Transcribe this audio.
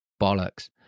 Bollocks